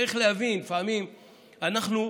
צריך להבין, לפעמים אנחנו,